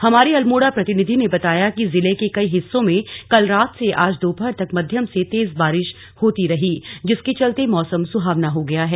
हमारी अल्मोड़ा प्रतिनिधि ने बताया कि जिले के कई हिस्सों में कल रात से आज दोपहर तक मध्यम से तेज बारिश होती रही जिसके चलते मौसम सुहावना हो गया है